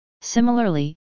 Similarly